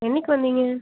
என்னக்கு வந்தீங்க